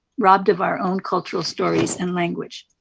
robbed of our own cultural stories and language.